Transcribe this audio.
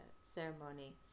ceremony